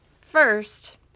First